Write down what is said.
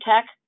tech